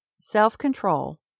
self-control